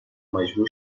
مجبور